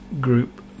group